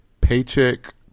Paycheck